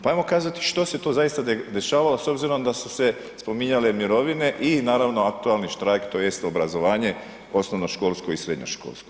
Pa hajmo kazati što se to zaista dešavalo s obzirom da su se spominjale mirovine i naravno, aktualni štrajk, tj. obrazovanje osnovnoškolsko i srednjoškolsko.